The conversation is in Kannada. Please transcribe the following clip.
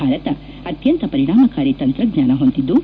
ಭಾರತ ಅತ್ಯಂತ ಪರಿಣಾಮಕಾರಿ ತಂತ್ರಜ್ಞಾನ ಹೊಂದಿದ್ದು